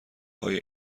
های